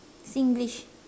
Singlish